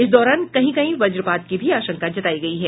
इस दौरान कहीं कहीं वज्रपात की भी आशंका जतायी गयी है